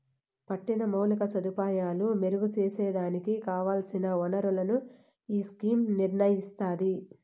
పట్టిన మౌలిక సదుపాయాలు మెరుగు సేసేదానికి కావల్సిన ఒనరులను ఈ స్కీమ్ నిర్నయిస్తాది